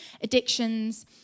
addictions